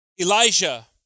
Elijah